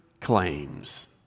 claims